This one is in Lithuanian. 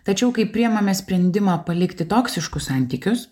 tačiau kai priimame sprendimą palikti toksiškus santykius